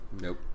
Nope